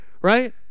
Right